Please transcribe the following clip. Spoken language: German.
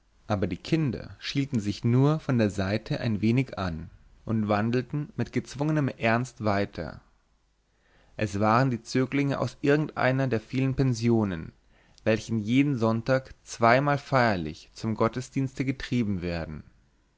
aber die kinder schielten sich nur von der seite ein wenig an und wandelten mit gezwungenem ernst weiter es waren die zöglinge aus irgendeiner der vielen pensionen welche jeden sonntag zweimal feierlich zum gottesdienste getrieben werden